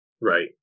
Right